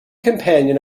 companion